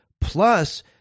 Plus